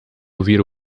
ouvir